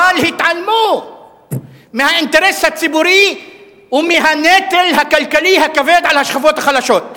אבל התעלמו מהאינטרס הציבורי ומהנטל הכלכלי הכבד על השכבות החלשות.